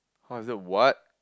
how is that what